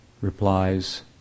replies